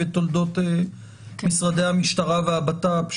בתולדות משרדי המשטרה והבט"פ,